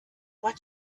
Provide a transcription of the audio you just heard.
what